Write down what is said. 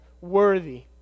worthy